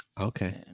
Okay